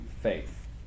faith